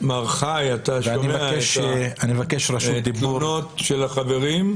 מר חי, אתה שומע את התלונות של החברים?